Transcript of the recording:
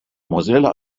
mozilla